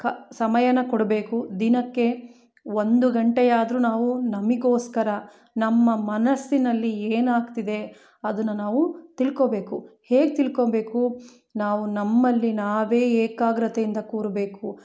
ಕ ಸಮಯನ ಕೊಡಬೇಕು ದಿನಕ್ಕೆ ಒಂದು ಗಂಟೆಯಾದರು ನಾವು ನಮಗೋಸ್ಕರ ನಮ್ಮ ಮನಸ್ಸಿನಲ್ಲಿ ಏನಾಗ್ತಿದೆ ಅದನ್ನು ನಾವು ತಿಳ್ಕೊಬೇಕು ಹೇಗೆ ತಿಳ್ಕೊಬೇಕು ನಾವು ನಮ್ಮಲ್ಲಿ ನಾವೇ ಏಕಾಗ್ರತೆಯಿಂದ ಕೂರಬೇಕು